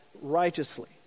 righteously